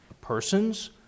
persons